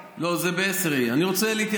היא לא יכולה לעשות ב-09:30.